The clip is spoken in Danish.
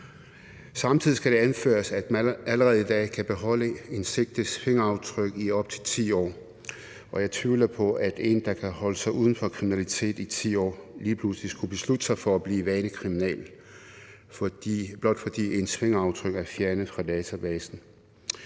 Samtidig skal det anføres, at man allerede i dag kan beholde en sigtets fingeraftryk i op til 10 år, og jeg tvivler på, at en, der kan holde sig uden for kriminalitet i 10 år, lige pludselig skulle beslutte sig for at blive vaneforbryder, blot fordi ens fingeraftryk er fjernet fra databasen.